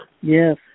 Yes